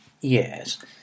Yes